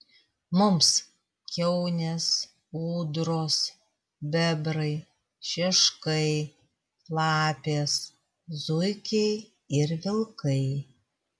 mums kiaunės ūdros bebrai šeškai lapės zuikiai ir vilkai